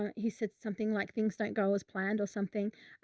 he said something like, things don't go as planned or something.